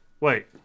Wait